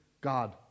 God